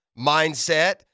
mindset